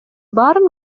баарын